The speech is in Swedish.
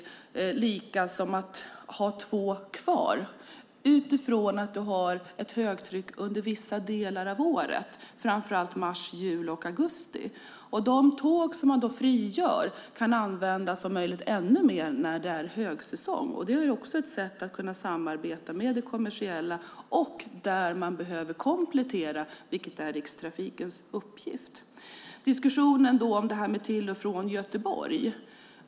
Det blir som att ha två tåg kvar utifrån att det så att säga råder högtryck under vissa delar av året, framför allt i mars, juli och augusti. De tåg som man då frigör kan användas om möjligt ännu mer när det är högsäsong. Det är också ett sätt att kunna samarbeta med det kommersiella och där man behöver komplettera, vilket är Rikstrafikens uppgift. Jag ska också ta upp diskussionen om det här med resor till och från Göteborg.